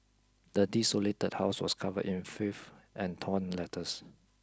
the desolated house was covered in filth and torn letters